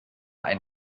ein